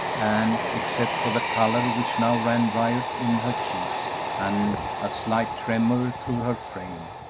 and, except for the color which now ran riot in her cheeks and a slight tremor through her frame,